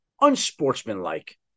unsportsmanlike